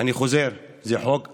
אני חוזר: זה חוק אכזרי,